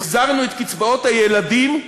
החזרנו את קצבאות הילדים,